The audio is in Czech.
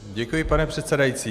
Děkuji, pane předsedající.